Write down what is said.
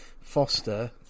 Foster